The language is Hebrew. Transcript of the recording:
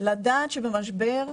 לדעת שבמשבר,